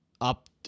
up